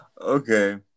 okay